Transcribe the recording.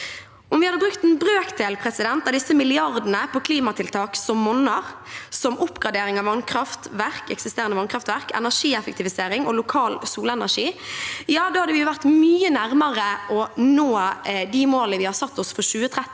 Om vi hadde brukt en brøkdel av disse milliardene på klimatiltak som monner, slik som oppgradering av eksisterende vannkraftverk, energieffektivisering og lokal solenergi, ja, da hadde vi vært mye nærmere å nå de målene vi har satt oss for 2030,